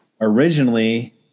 originally